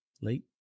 late